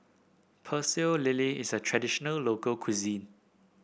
Pecel Lele is a traditional local cuisine